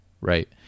Right